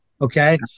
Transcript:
Okay